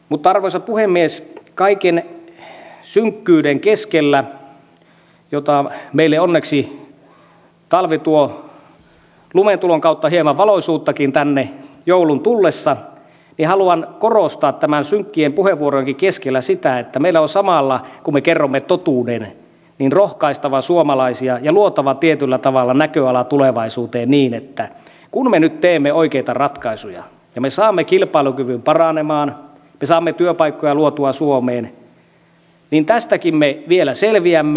mutta arvoisa puhemies kaiken synkkyyden keskellä johon meille onneksi talvi tuo lumentulon kautta hieman valoisuuttakin tänne joulun tullessa haluan korostaa näiden synkkien puheenvuorojenkin keskellä sitä että meidän on samalla kun me kerromme totuuden rohkaistava suomalaisia ja luotava tietyllä tavalla näköalaa tulevaisuuteen niin että kun me nyt teemme oikeita ratkaisuja ja me saamme kilpailukyvyn paranemaan me saamme työpaikkoja luotua suomeen niin tästäkin me vielä selviämme